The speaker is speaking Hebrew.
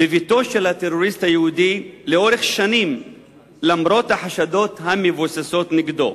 בביתו של הטרוריסט היהודי לאורך שנים למרות החשדות המבוססים נגדו?